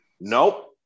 Nope